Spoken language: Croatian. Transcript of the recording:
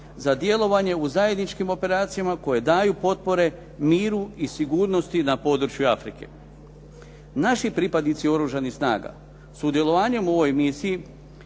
za djelovanje u zajedničkim operacijama koje daju potpore miru i sigurnosti na području Afrike. Naši pripadnici Oružanih snaga sudjelovanjem u ovoj misiji